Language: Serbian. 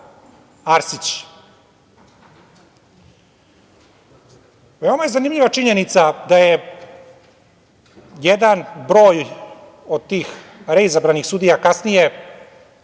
Arsić. Veoma je zanimljiva činjenica da je jedan broj od tih reizabranih sudija kasnije